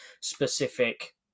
specific